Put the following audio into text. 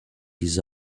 his